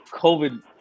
COVID